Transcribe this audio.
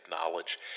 knowledge